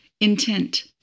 Intent